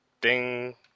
Ding